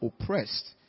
oppressed